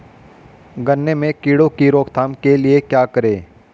गन्ने में कीड़ों की रोक थाम के लिये क्या करें?